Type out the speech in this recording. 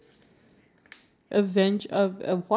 what are some fun ones to look up